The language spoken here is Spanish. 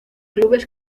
clubes